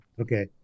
Okay